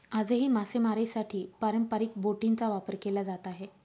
आजही मासेमारीसाठी पारंपरिक बोटींचा वापर केला जात आहे